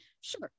sure